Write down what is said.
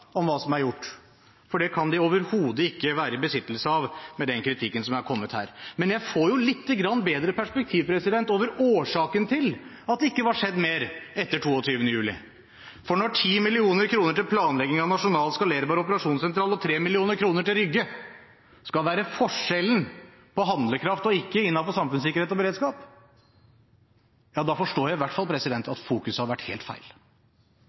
om hva som er gjort, for det kan de overhodet ikke være i besittelse av med den kritikken som er kommet her. Men jeg får et lite grann bedre perspektiv over årsaken til at det ikke var skjedd mer etter 22. juli, for når 10 mill. kr til planlegging av nasjonal skalerbar operasjonssentral og 3 mill. kr til Rygge skal være forskjellen på handlekraft og ikke innenfor samfunnssikkerhet og beredskap, da forstår jeg i hvert fall at fokus har vært helt feil.